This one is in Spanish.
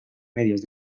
medios